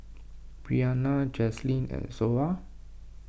Breanna Jazlyn and Zoa